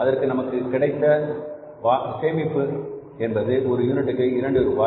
அதற்கு நமக்கு கிடைத்த சேமிப்பு என்பது ஒரு யூனிட்டிற்கு இரண்டு ரூபாய்